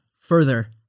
further